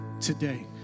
today